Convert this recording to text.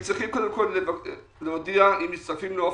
הם צריכים קודם כל להודיע אם הם מצטרפים לאופק,